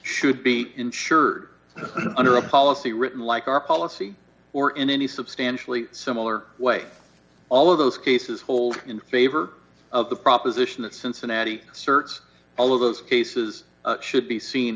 should be insured under a policy written like our policy or in any substantially similar way all of those cases hold in favor of the proposition that cincinnati asserts all of those cases should be seen